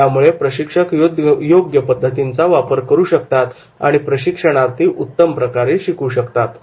यामुळे प्रशिक्षक योग्य पद्धतींचा वापर करू शकतात आणि प्रशिक्षणार्थी उत्तम प्रकारे शिकू शकतात